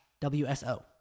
WSO